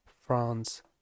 France